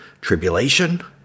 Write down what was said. tribulation